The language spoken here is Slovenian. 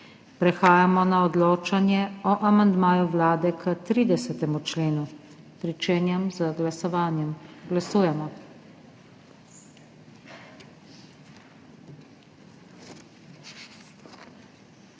Prehajamo na odločanje o amandmaju Vlade k 30. členu. Pričenjam z glasovanjem. Glasujemo.